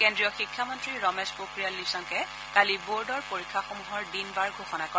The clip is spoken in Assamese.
কেন্দ্ৰীয় শিক্ষামন্ত্ৰী ৰমেশ পোখৰিয়াল নিশাংকে কালি বৰ্ডৰ পৰীক্ষাসমূহৰ দিন বাৰ ঘোষণা কৰে